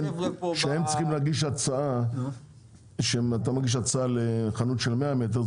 שהם צריכים להגיש הצעה לחנות של 100 מטר,